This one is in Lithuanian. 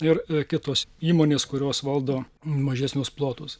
ir kitos įmonės kurios valdo mažesnius plotus